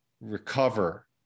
recover